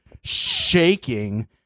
shaking